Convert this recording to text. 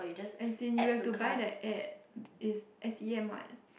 as in you have to buy the app is s_t_m what